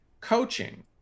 coaching